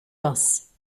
was